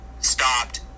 stopped